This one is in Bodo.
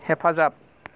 हेफाजाब